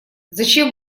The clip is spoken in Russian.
зачем